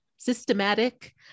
Systematic